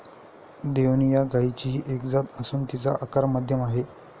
देवणी या गायचीही एक जात असून तिचा आकार मध्यम आहे